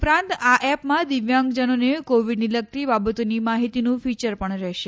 ઉપરાંત આ એપમાં દિવ્યાંગજનોને કોવીડને લગતી બાબતોની માહિતીનું ફીચર પણ રહેશે